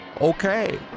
Okay